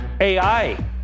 ai